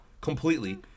completely